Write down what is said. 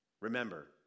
Remember